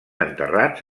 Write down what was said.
enterrats